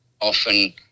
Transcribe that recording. often